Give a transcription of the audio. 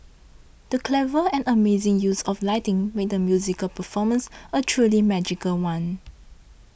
the clever and amazing use of lighting made the musical performance a truly magical one